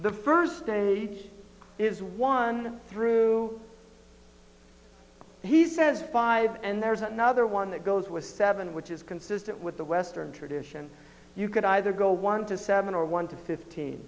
the first day is one through he says five and there's another one that goes with seven which is consistent with the western tradition you could either go one to seven or one to fift